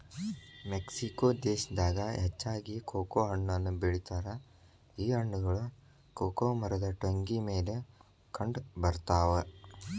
Mexico ದೇಶದಾಗ ಹೆಚ್ಚಾಗಿ cocoa ಹಣ್ಣನ್ನು ಬೆಳಿತಾರ ಈ ಹಣ್ಣುಗಳು ಕೊಕೊ ಮರದ ಟೊಂಗಿ ಮೇಲೆ ಕಂಡಬರ್ತಾವ